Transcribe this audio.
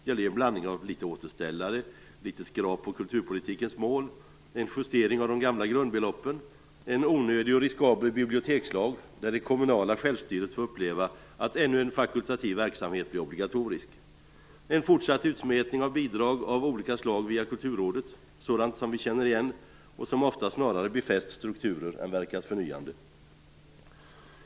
Det blir en blandning av litet återställare, litet skrap på kulturpolitikens mål, en justering av de gamla grundbeloppen, en onödig och riskabel bibliotekslag, där det kommunala självstyret får uppleva att ännu en fakultativ verksamhet blir obligatorisk, och en fortsatt utsmetning av bidrag av olika slag via Kulturrådet, sådant som vi känner igen och som ofta snarare befäst strukturer än verkat förnyande.